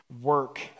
work